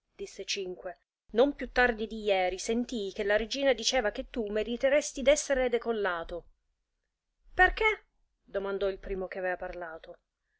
disse cinque non più tardi di ieri sentii che la regina diceva che tu meriteresti d'essere decollato perchè domandò il primo che avea parlato